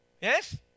yes